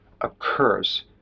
occurs